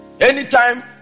Anytime